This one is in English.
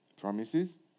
Promises